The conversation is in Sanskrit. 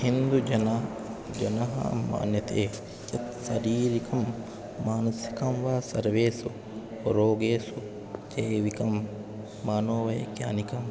हिन्दुजनाः जनः मन्यन्ते यत् शारीरिकं मानसिकं वा सर्वेषु रोगेषु जैविकं मानोवैज्ञानिकं